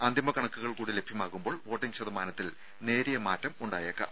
അന്തിമ കണക്കുകൾ കൂടി ലഭ്യമാകുമ്പോൾ വോട്ടിങ്ങ് ശതമാനത്തിൽ നേരിയ മാറ്റം ഉണ്ടായേക്കാം